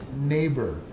neighbor